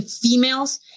females